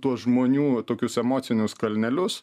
tuos žmonių tokius emocinius kalnelius